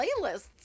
playlists